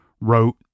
wrote